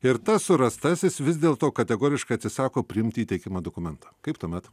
ir tas surastasis vis dėl to kategoriškai atsisako priimt įteikiamą dokumentą kaip tuomet